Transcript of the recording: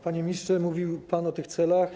Panie ministrze, mówił pan o celach.